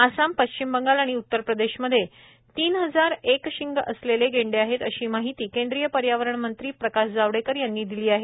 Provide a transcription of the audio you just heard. आसाम पश्चिम बंगाल आणि उतर प्रदेशमध्ये तीन हजार एक शिंग असलेले गेंडे आहेत अशी माहिती केंद्रीय पर्यावरण मंत्री प्रकाश जावडेकर यांनी दिली आहे